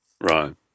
Right